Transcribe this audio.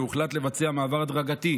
והוחלט לבצע מעבר הדרגתי,